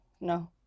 no